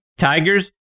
Tigers